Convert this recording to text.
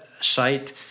site